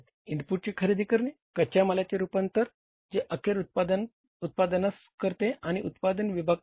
इनपुटची खरेदी करणे कच्या मालाचे रूपांतर जे अखेर उत्पादनात करते त्यास उत्पादन विभाग म्हणतात